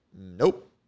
nope